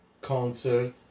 concert